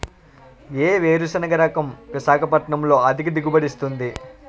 ఏ వేరుసెనగ రకం విశాఖపట్నం లో అధిక దిగుబడి ఇస్తుంది?